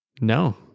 No